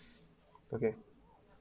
okay